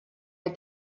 der